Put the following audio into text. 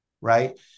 right